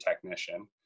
technician